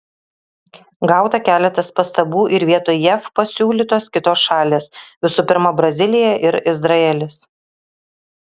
gauta keletas pastabų ir vietoj jav pasiūlytos kitos šalys visų pirma brazilija ir izraelis